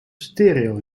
stereo